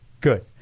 good